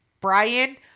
Brian